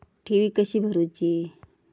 ठेवी कशी भरूची?